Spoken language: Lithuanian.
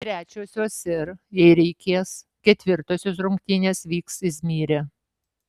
trečiosios ir jei reikės ketvirtosios rungtynės vyks izmyre